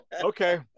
okay